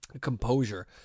composure